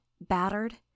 Battered